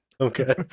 Okay